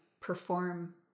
perform